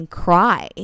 cry